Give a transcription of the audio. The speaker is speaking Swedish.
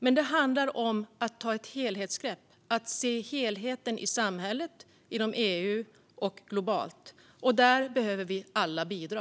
Men det handlar om att ta ett helhetsgrepp - att se helheten i samhället, inom EU och globalt. Där behöver vi alla bidra.